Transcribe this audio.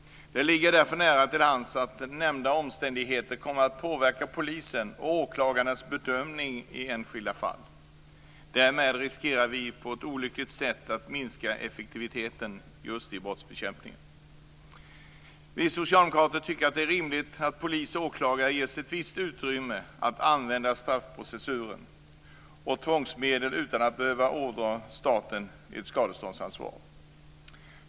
Det ligger därför nära till hands att de nämnda omständigheterna kommer att påverka polisens och åklagarnas bedömning i enskilda fall. Därmed riskerar vi på ett olyckligt sätt att minska effektiviteten i brottsbekämpningen. Vi socialdemokrater tycker att det är rimligt att polis och åklagare ges ett visst utrymme att använda straffprocessuella tvångsmedel utan att behöva ådra staten skadeståndsansvar.